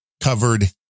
covered